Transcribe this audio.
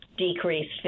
decreased